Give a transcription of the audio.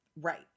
Right